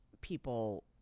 people